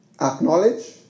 acknowledge